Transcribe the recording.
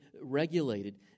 regulated